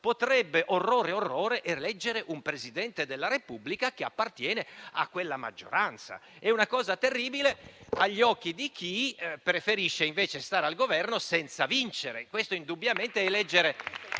potrebbe - orrore, orrore - eleggere un Presidente della Repubblica che appartiene a quella maggioranza. È una cosa terribile agli occhi di chi preferisce invece stare al Governo senza vincere e avere sempre